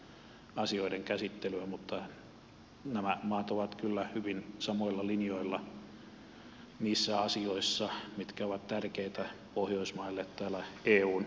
se hieman vaikeuttaa asioiden käsittelyä mutta nämä maat ovat kyllä hyvin samoilla linjoilla niissä asioissa mitkä ovat tärkeitä pohjoismaille täällä eun pöydissä